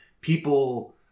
people